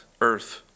earth